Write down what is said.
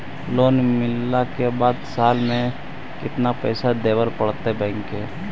Loan मिलला के बाद साल में केतना पैसा देबे पड़तै बैक के?